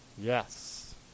Yes